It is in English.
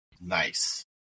Nice